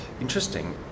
Interesting